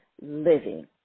living